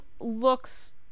looks